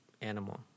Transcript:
animal